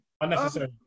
Unnecessary